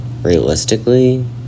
Realistically